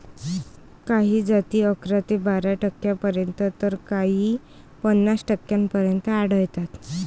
काही जाती अकरा ते बारा टक्क्यांपर्यंत तर काही पन्नास टक्क्यांपर्यंत आढळतात